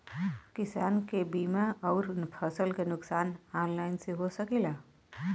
किसान के बीमा अउर फसल के नुकसान ऑनलाइन से हो सकेला?